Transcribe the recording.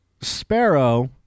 sparrow